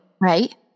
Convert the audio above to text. Right